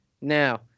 now